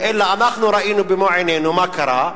אלא אנחנו ראינו במו עינינו מה קרה,